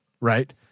Right